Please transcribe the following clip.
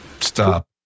Stop